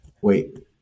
Wait